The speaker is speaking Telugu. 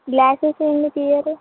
గ్లాసెస్ ఎందుకు ఇయ్యరు